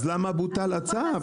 אז למה בוטל הצו?